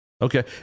Okay